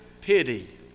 pity